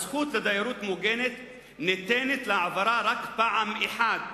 הזכות לדיירות מוגנת ניתנת להעברה רק פעם אחת,